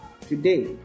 Today